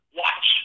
watch